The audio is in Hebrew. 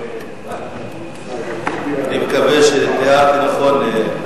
אני מקווה שתיארתי נכון.